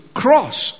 cross